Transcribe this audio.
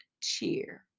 cheer